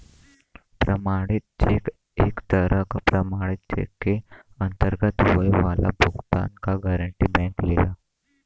प्रमाणित चेक एक तरह क प्रमाणित चेक के अंतर्गत होये वाला भुगतान क गारंटी बैंक लेला